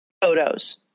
photos